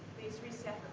please reset